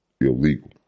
illegal